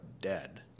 dead